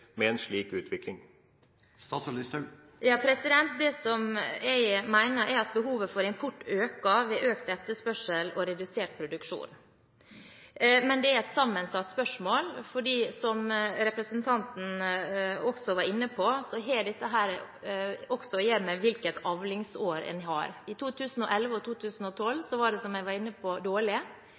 med en slik utvikling? Det jeg mener, er at behovet for import øker ved økt etterspørsel og redusert produksjon. Men det er et sammensatt spørsmål, for som representanten også var inne på, har dette også å gjøre med hvilket avlingsår man har. I 2011 og 2012 var det, som jeg var inne på,